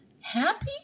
Happy